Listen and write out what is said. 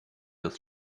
das